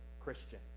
Christian